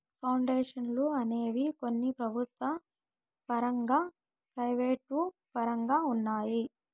పౌండేషన్లు అనేవి కొన్ని ప్రభుత్వ పరంగా ప్రైవేటు పరంగా ఉన్నాయి